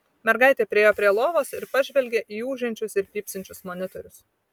mergaitė priėjo prie lovos ir pažvelgė į ūžiančius ir pypsinčius monitorius